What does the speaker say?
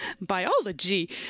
biology